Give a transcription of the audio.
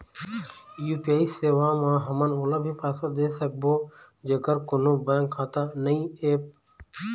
UPI सेवा म हमन ओला भी पैसा दे सकबो जेकर कोन्हो बैंक खाता नई ऐप?